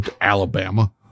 Alabama